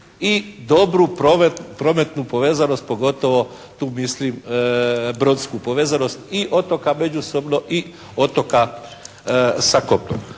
i dobru prometnu povezanost pogotovo tu mislim brodsku povezanost i otoka međusobno i otoka sa kopnom.